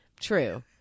True